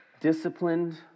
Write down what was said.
disciplined